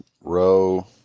row